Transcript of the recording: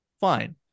Fine